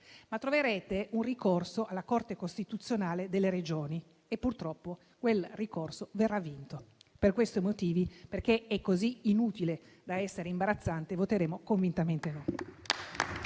ma troverete un ricorso alla Corte costituzionale delle Regioni che purtroppo verrà vinto. Per questi motivi, perché è così inutile da essere imbarazzante, voteremo convintamente contro il